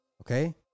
Okay